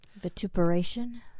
Vituperation